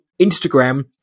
Instagram